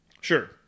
Sure